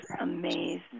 amazing